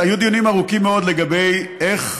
היו דיונים ארוכים מאוד לגבי איך